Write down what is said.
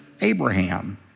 Abraham